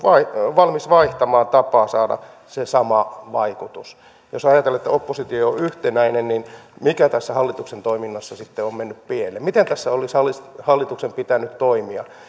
valmis vaihtamaan tapaa saada se sama vaikutus jos ajattelette että oppositio ei ole yhtenäinen niin mikä tässä hallituksen toiminnassa sitten on mennyt pieleen miten tässä olisi hallituksen pitänyt toimia